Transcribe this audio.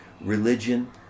religion